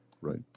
right